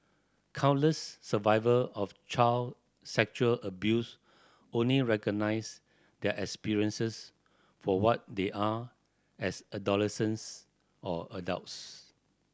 countless survivor of child sexual abuse only recognise their experiences for what they are as adolescents or adults